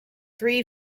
three